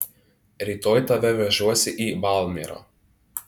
rytoj tave vežuosi į valmierą